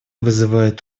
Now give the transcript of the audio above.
вызывает